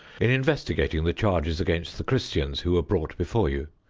in investigating the charges against the christians who were brought before you.